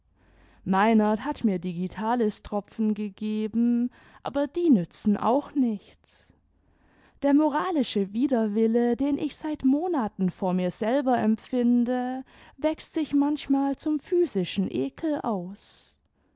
meinert hat mir digitalistropfen gegeben aber die nützen auch nichts der moralische widerwille den ich seit monaten vor mir selber empfinde wächst sich manchmal zum physischen ekel aus